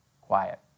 quiet